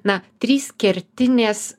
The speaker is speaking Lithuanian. na trys kertinės